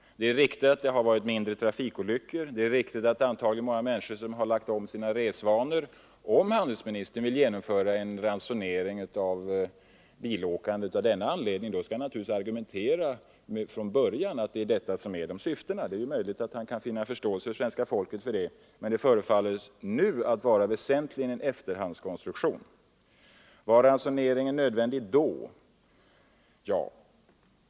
Det är riktigt att det har varit färre trafikolyckor, det är riktigt att många människor antagligen lagt om sina resvanor. Om handelsministern vill genomföra en ransonering av bilåkandet av denna anledning, skall han naturligtvis från början argumentera så att det framgår att detta är syftena. Det är möjligt att han kan vinna förståelse hos svenska folket för det. Men det förefaller att väsentligen vara en efterhandskonstruktion. Var ransoneringen nödvändig då?